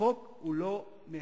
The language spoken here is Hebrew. החוק הוא לא מהר-סיני.